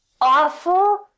awful